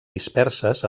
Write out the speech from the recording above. disperses